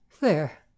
There